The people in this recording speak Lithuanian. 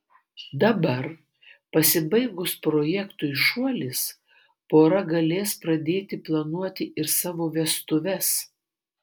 dabar pasibaigus projektui šuolis pora galės pradėti planuoti ir savo vestuves